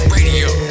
Radio